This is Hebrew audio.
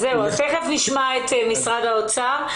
אז זהו, תכף נשמע את משרד האוצר.